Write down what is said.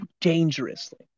dangerously